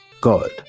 God